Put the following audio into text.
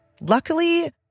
Luckily